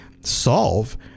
solve